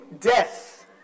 death